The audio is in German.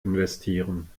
investieren